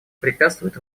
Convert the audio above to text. препятствует